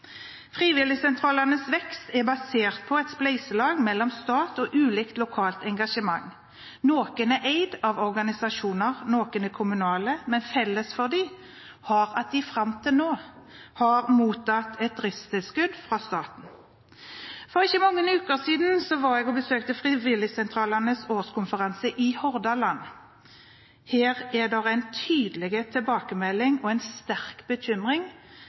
Frivilligsentralenes vekst er basert på et spleiselag mellom stat og ulikt lokalt engasjement. Noen er eid av organisasjoner, noen er kommunale, men felles for dem har vært at de fram til nå har mottatt et driftstilskudd fra staten. For ikke mange uker siden besøkte jeg frivilligsentralenes årskonferanse i Hordaland. Her var den tydelige tilbakemeldingen en sterk bekymring